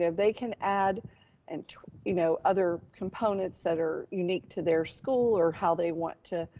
and they can add and you know, other components that are unique to their school or how they want to,